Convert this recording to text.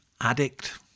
addict